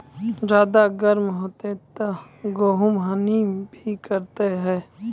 ज्यादा गर्म होते ता गेहूँ हनी भी करता है?